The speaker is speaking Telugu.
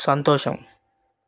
సంతోషం